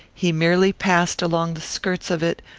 he merely passed along the skirts of it,